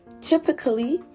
typically